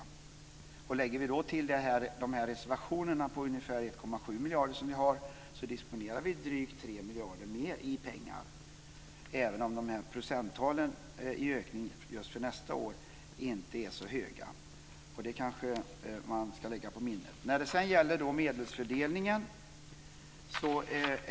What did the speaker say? Om vi då lägger till de här reservationerna på ungefär 1,7 miljarder, som vi har, så disponerar vi drygt 3 miljarder mer i pengar, även om ökningen när det gäller procenttalen just för nästa år inte är så stor. Det kanske man ska lägga på minnet. Sedan gäller det medelsfördelningen.